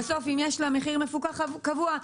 אם יש לה מחיר מפוקח קבוע,